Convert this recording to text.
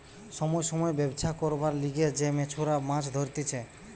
সময় সময় ব্যবছা করবার লিগে যে মেছোরা মাছ ধরতিছে